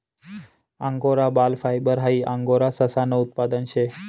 angora बाल fibre high angora ससानं उत्पादन शे